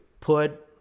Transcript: Put